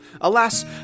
Alas